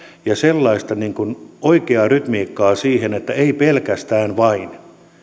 ja sellaista oikeaa rytmiikkaa siihen että ei pelkästään vain